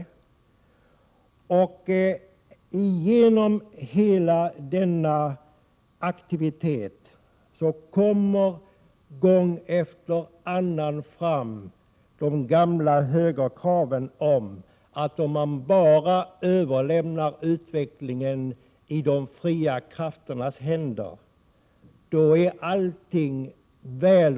Genom hela denna aktivitet kommer gång efter annan fram de gamla högerkraven om att bara man överlämnar utvecklingen i de fria krafternas händer kommer allt att gå väl.